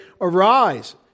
Arise